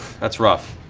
that's rough.